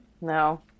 No